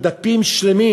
יש פה דפים שלמים,